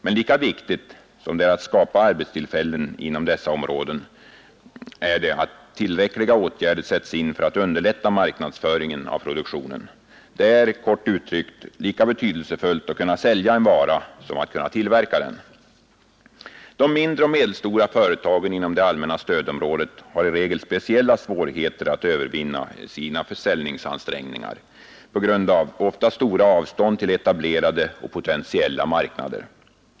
Men lika viktigt som det är att skapa arbetstillfällen inom dessa områden är det att tillräckliga åtgärder sätts in för att underlätta marknadsföringen av produktionen. Det är kort uttryckt lika betydelsefullt att kunna sälja en vara som att kunna tillverka den. De mindre och medelstora företagen inom det allmänna stödområdet har i regel speciella svårigheter att övervinna i sina försäljningsansträngningar på grund av de stora avstånden till etablerade och potentiella marknader.